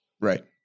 Right